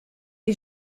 est